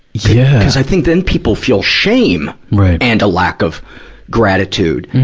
yeah i think then people feel shame and a lack of gratitude.